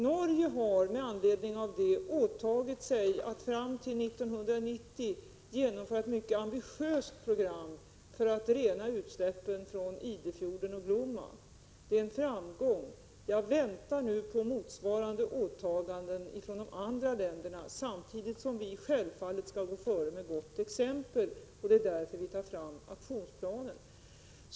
Norge har med anledning därav åtagit sig att fram till 1990 genomföra ett mycket ambitiöst program för att rena utsläppen i Idefjorden och Glomma, och det är en framgång. Jag väntar nu på motsvarande åtaganden från de andra länderna, samtidigt som Sverige självfallet skall föregå med gott exempel — det är därför som aktionsplanen skall tas fram.